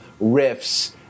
riffs